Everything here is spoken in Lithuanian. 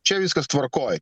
čia viskas tvarkoj